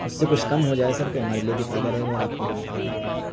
اس سے کچھ کم ہو جائے سر تو ہمارے لیے بھی فائدہ رہے گا اور آپ کے لیے بھی فائدہ رہے گا